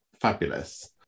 fabulous